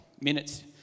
minutes